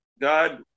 God